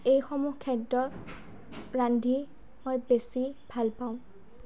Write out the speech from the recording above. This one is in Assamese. এইসমূহ খাদ্য ৰান্ধি মই বেছি ভালপাওঁ